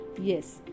Yes